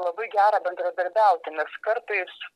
labai gera bendradarbiauti nes kartais